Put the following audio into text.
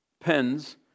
pens